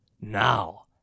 Now